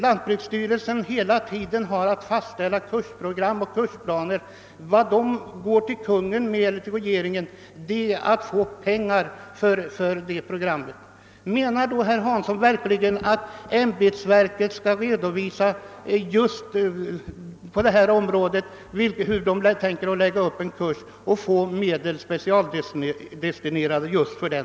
Lantbruksstyrelsen, som har att fastställa kursprogram och kursplaner, vänder sig till Kungl. Maj:t för att få pengar härför. Är det verkligen herr Hanssons i Skegrie mening att detta ämbetsverk skall redovisa att man ämnar lägga upp en kurs just för denna verksamhet och få pengar specialdestinerade till den?